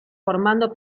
formando